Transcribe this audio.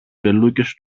φελούκες